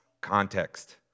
context